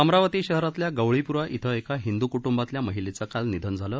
अमरावती शहरातल्या गवळीप्रा इथं एका हिंदू कुटुंबातल्या महिलेचं काल निधन झालं